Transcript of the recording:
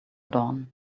dawn